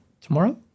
tomorrow